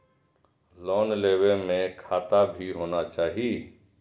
Loan लेबे में खाता भी होना चाहि?